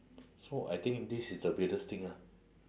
so I think this is the weirdest thing ah